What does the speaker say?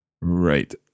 Right